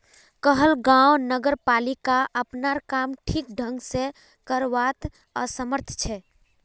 कहलगांव नगरपालिका अपनार काम ठीक ढंग स करवात असमर्थ छ